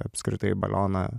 apskritai balioną